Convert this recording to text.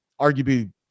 arguably